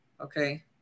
Okay